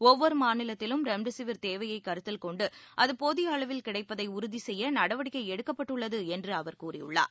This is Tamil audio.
ஒவ்வொருமாநிலத்திலும் ரெம்டெசிவிர் தேவையைக் கருத்தில் கொண்டுஅதுபோதியஅளவில் கிடைப்பதைஉறுதிசெய்யநடவடிக்கைஎடுக்கப்பட்டுள்ளதுஎன்றுஅவர் கூறியுள்ளார்